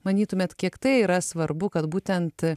manytumėt kiek tai yra svarbu kad būtent